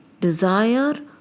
desire